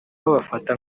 babafata